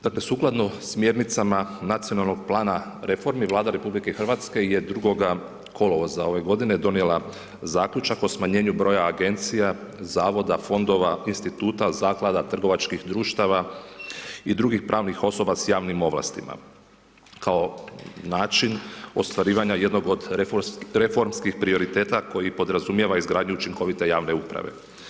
Dakle, sukladno smjernicama Nacionalnog plana reformi, Vlada Republike Hrvatske je 02. kolovoza ove godine, donijela zaključak o smanjenju broja Agencija, Zavoda, Fondova, Instituta, Zaklada, trgovačkih društava i drugih pravnih osoba sa javnim ovlastima, kao način ostvarivanja jednog od reformskih prioriteta koji podrazumijeva izgradnju učinkovite javne uprave.